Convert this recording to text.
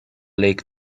lake